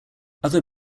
other